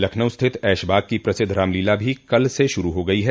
लखनऊ स्थित ऐशबाग की प्रसिद्ध रामलीला भी कल से शुरू हो गई है